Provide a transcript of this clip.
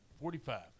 Forty-five